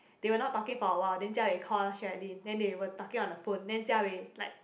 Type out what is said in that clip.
they were not talking for awhile then jia wei call Sherilyn then they were talking on the phone then jia wei like